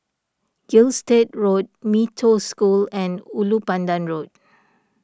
Gilstead Road Mee Toh School and Ulu Pandan Road